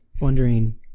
wondering